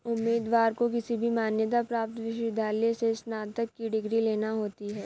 उम्मीदवार को किसी भी मान्यता प्राप्त विश्वविद्यालय से स्नातक की डिग्री लेना होती है